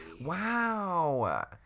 wow